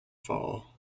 fall